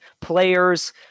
players